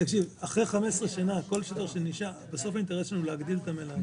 התיקון הראשון הוא בעמוד 2 בהגדרה של בניין לשכירות מוסדית.